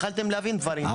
יכולתם להבין דברים.